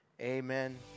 Amen